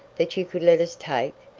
that you could let us take?